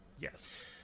Yes